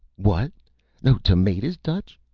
what no tomatas, dutch.